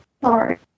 Sorry